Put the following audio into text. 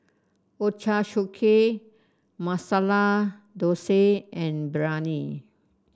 Ochazuke Masala Dosa and Biryani